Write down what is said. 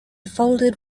folded